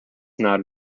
not